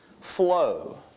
flow